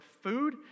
food